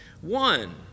one